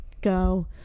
go